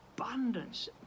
abundance